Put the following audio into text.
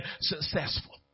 successful